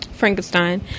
Frankenstein